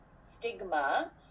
stigma